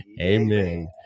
Amen